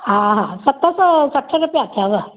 हा हा सत सौ सठ रुपया थियव